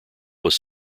was